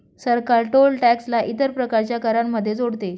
सरकार toll tax ला इतर प्रकारच्या करांमध्ये जोडते